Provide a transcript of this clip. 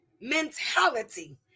mentality